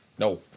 No